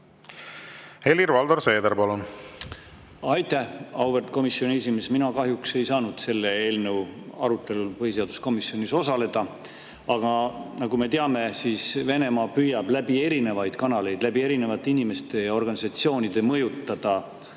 Helir-Valdor Seeder, palun! Aitäh! Auväärt komisjoni esimees! Mina kahjuks ei saanud selle eelnõu arutelul põhiseaduskomisjonis osaleda. Aga nagu me teame, Venemaa püüab erinevaid kanaleid pidi, erinevate inimeste ja organisatsioonide abil mõjutada